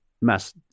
mass